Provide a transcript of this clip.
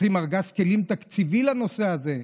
ואנחנו צריכים ארגז כלים תקציבי לנושא הזה.